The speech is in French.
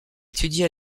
étudie